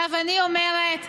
אני אומרת,